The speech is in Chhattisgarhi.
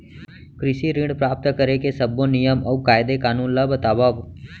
कृषि ऋण प्राप्त करेके सब्बो नियम अऊ कायदे कानून ला बतावव?